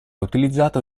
utilizzato